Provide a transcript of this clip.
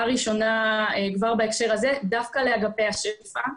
ראשונה כבר בהקשר הזה דווקא לאגפי השפ"ע.